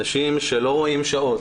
אלה אנשים שלא רואים שעות,